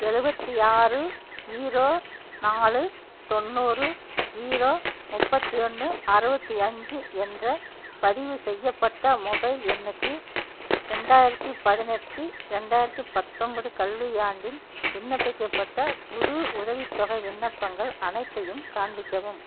எழுபத்தி ஆறு ஜீரோ நாலு தொண்ணூறு ஜீரோ முற்பத்தி ஒன்று அறுபத்தி அஞ்சு என்ற பதிவு செய்யப்பட்ட மொபைல் எண்ணுக்கு ரெண்டாயிரத்தி பதினெட்டு ரெண்டாயிரத்தி பத்தொம்போது கல்வியாண்டில் விண்ணப்பிக்கப்பட்ட புது உதவித்தொகை விண்ணப்பங்கள் அனைத்தையும் காண்பிக்கவும்